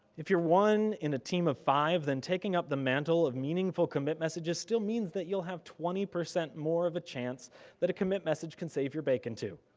if you're one in a team of five then taking up the mantle of meaningful commit messages still means that you'll have twenty percent more of a chance that a commit message can save your bacon too.